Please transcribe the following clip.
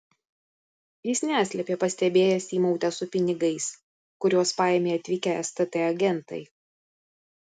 jis neslėpė pastebėjęs įmautę su pinigais kuriuos paėmė atvykę stt agentai